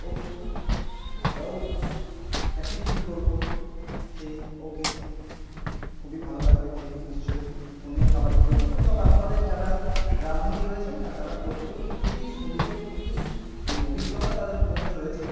ওকে আমরাও happy feel করব খেয়ে ওকে খুবই ভালো লাগবে খেয়ে নিশ্চয়ই অন্য খাবারগুলোর মতো তবে আপনাদের যারা রাঁধুনি রয়েছেন না তারা প্রত্যেকেই খুবই সুন্দর খুবই অভিজ্ঞতা তাদের মধ্যে রয়েছে